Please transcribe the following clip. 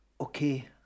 Okay